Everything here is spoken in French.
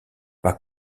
pas